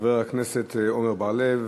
חבר הכנסת עמר בר-לב,